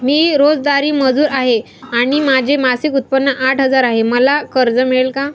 मी रोजंदारी मजूर आहे आणि माझे मासिक उत्त्पन्न आठ हजार आहे, मला कर्ज मिळेल का?